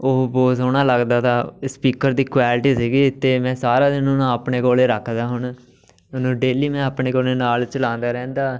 ਉਹ ਬਹੁਤ ਸੋਹਣਾ ਲੱਗਦਾ ਤਾ ਸਪੀਕਰ ਦੀ ਕੁਆਲਿਟੀ ਸੀਗੀ ਅਤੇ ਮੈਂ ਸਾਰਾ ਦਿਨ ਉਹਨੂੰ ਆਪਣੇ ਕੋਲ ਰੱਖਦਾ ਹੁਣ ਇਹਨੂੰ ਡੇਲੀ ਮੈਂ ਆਪਣੇ ਕੋਲ ਨਾਲ ਚਲਾਉਂਦਾ ਰਹਿੰਦਾ